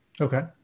Okay